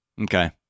Okay